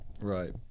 Right